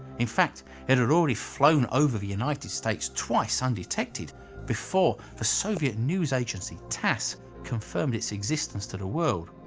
in fact it had already flown over the united states twice undetected before the soviet news agency tass confirmed its existence to the world.